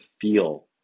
feel